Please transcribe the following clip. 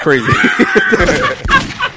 crazy